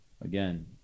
again